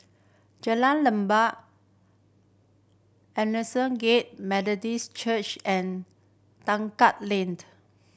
Jalan Limbok Aldersgate Methodist Church and Tekka Laned